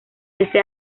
este